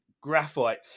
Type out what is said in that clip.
graphite